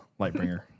Lightbringer